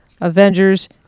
Avengers